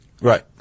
Right